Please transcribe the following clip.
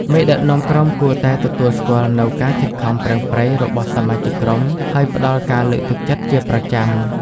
មេដឹកនាំក្រុមគួរតែទទួលស្គាល់នូវការខិតខំប្រឹងប្រែងរបស់សមាជិកក្រុម ហើយផ្ដល់ការលើកទឹកចិត្តជាប្រចាំ។